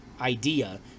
idea